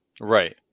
Right